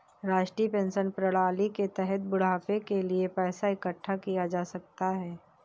राष्ट्रीय पेंशन प्रणाली के तहत बुढ़ापे के लिए पैसा इकठ्ठा किया जा सकता है